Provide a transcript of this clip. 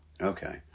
okay